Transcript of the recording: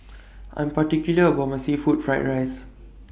I'm particular about My Seafood Fried Rice